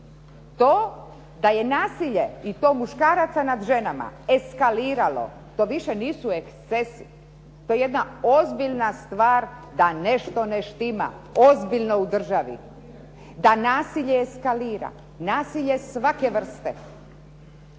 To da je nasilje i to muškaraca nad ženama eskaliralo. To više nisu ekscesi. To je jedna ozbiljna stvar da nešto ne štima. Ozbiljno u državi. Da nasilje eskalira, nasilje svake vrste.